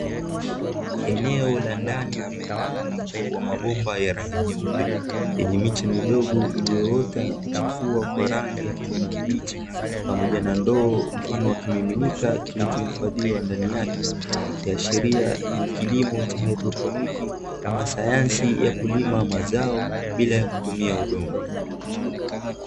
Eneo la ndani lenye mjumuiko wa mabomba ya rangi nyeupe yenye miche midogo iliyoota na kuchipua kwa rangi ya kijani kibichi, pamoja na ndoo mfano wa kimiminika kilichohifadhiwa ndani yake, ikiashiria ni kilimo cha haidroponi ama sayansi ya kulima mazao bila ya kutumia udongo.